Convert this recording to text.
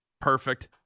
Perfect